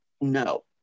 No